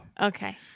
Okay